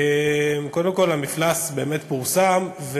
קודם כול, המפלס באמת פורסם,